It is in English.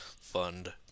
Fund